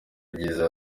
ibyiza